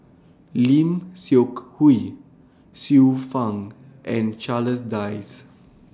Lim Seok Hui Xiu Fang and Charles Dyce